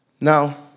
Now